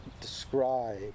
describe